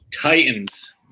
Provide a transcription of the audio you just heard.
Titans